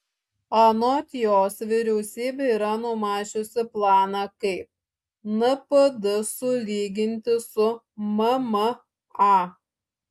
anot jos vyriausybė yra numačiusi planą kaip npd sulyginti su mma